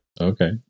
okay